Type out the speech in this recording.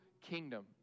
kingdom